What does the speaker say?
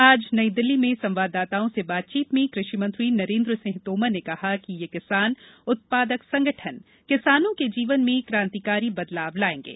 आज नई दिल्ली में संवाददाताओं से बातचीत में कृषिमंत्री नरेन्द्र सिंह तोमर ने कहा कि ये किसान उत्पादन संगठन किसानों के जीवन में क्रान्तिकारी बदलाव लायेंगे